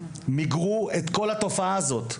מיגרו את כל התופעה הזו.